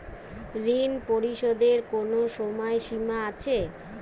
ঋণ পরিশোধের কোনো সময় সীমা আছে?